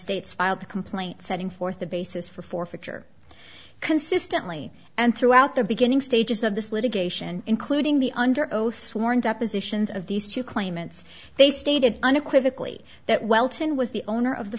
states filed the complaint setting forth the basis for forfeiture consistently and throughout the beginning stages of this litigation including the under oath sworn depositions of these two claimants they stated unequivocally that welton was the owner of the